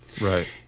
Right